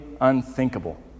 unthinkable